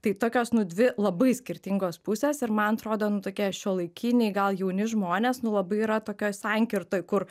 tai tokios nu dvi labai skirtingos pusės ir man atrodo nu tokie šiuolaikiniai gal jauni žmonės nu labai yra tokioj sankirtoj kur